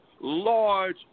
large